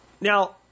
Now